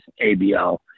ABL